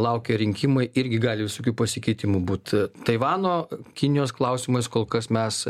laukia rinkimai irgi gali visokių pasikeitimų būti taivano kinijos klausimais kol kas mes